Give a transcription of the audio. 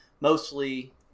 mostly